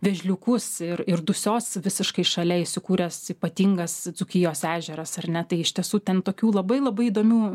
vėžliukus ir ir dusios visiškai šalia įsikūręs ypatingas dzūkijos ežeras ar ne tai iš tiesų ten tokių labai labai įdomių